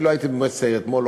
אני לא הייתי במועצת העיר אתמול,